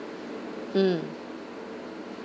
mm